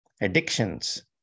addictions